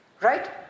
right